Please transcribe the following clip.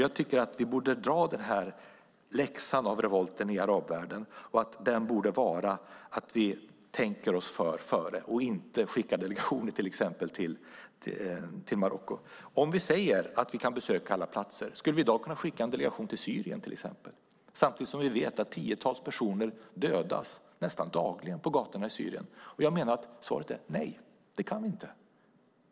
Jag tycker att vi borde dra lärdom av revolten i arabvärlden, och den borde vara att vi tänker oss för före och inte skickar delegationer till exempel till Marocko. När det gäller detta att vi kan besöka alla platser undrar jag om vi i dag skulle kunna skicka en delegation till Syrien samtidigt som vi vet att tiotals personer dödas nästan dagligen på gatorna i Syrien. Jag menar att svaret är: Nej, det kan vi inte.